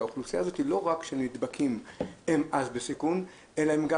שהאוכלוסייה הזאת היא לא רק של נדבקים בסיכון אלא הם גם